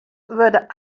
wurde